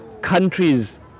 countries